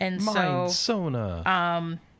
Mind-sona